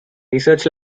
research